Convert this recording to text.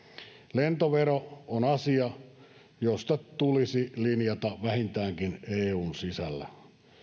lentovero on asia josta tulisi linjata vähintäänkin eun sisällä